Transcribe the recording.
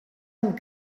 amb